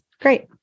great